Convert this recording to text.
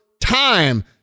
time